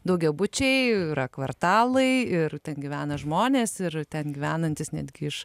daugiabučiai yra kvartalai ir ten gyvena žmonės ir ten gyvenantys netgi iš